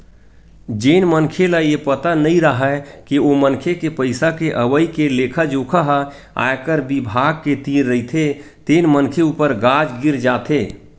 जेन मनखे ल ये पता नइ राहय के ओ मनखे के पइसा के अवई के लेखा जोखा ह आयकर बिभाग के तीर रहिथे तेन मनखे ऊपर गाज गिर जाथे